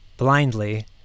blindly